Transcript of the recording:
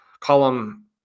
column